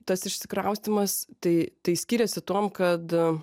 tas išsikraustymas tai tai skiriasi tuom kad